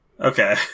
Okay